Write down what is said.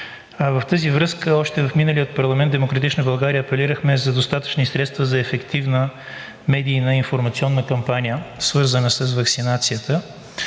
В тази връзка още в миналия парламент от „Демократична България“ апелирахме за достатъчно средства за ефективна медийна информационна кампания, свързана с ваксинацията.